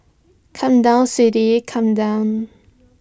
come down sweetie come down